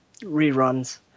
reruns